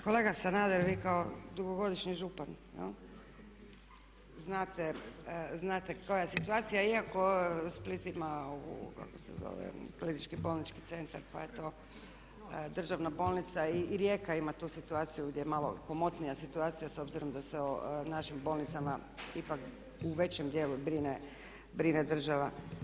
Kolega Sanader, vi kao dugogodišnji župan znate koja je situacija iako Split ima kako se zove klinički bolnički centar pa eto državna bolnica i Rijeka ima tu situaciju gdje je malo komotnija situacija s obzirom da se o našim bolnicama ipak u većem dijelu brine država.